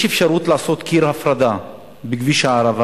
יש אפשרות לעשות קיר הפרדה בכביש הערבה